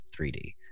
3D